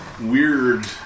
weird